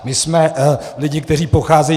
My jsme lidé, kteří pocházejí...